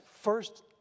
first